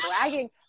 bragging